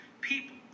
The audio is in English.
people